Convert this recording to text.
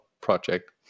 project